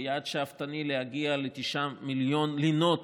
ויעד שאפתני להגיע ל-9 מיליון לינות